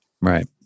Right